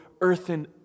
earthen